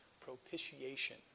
propitiation